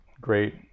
great